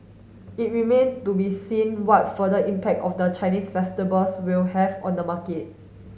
it remain to be seen what further impact of the Chinese festivals will have on the market